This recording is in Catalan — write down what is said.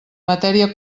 matèria